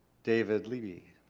david lieby.